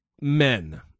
men